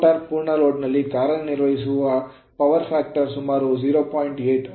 motor ಪೂರ್ಣ load ನಲ್ಲಿ ಕಾರ್ಯನಿರ್ವಹಿಸುವ ಪವರ್ ಫ್ಯಾಕ್ಟರ್ ಸುಮಾರು 0